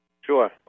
Sure